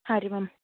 ಹಾಂ ರೀ ಮ್ಯಾಮ್